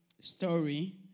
story